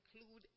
include